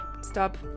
stop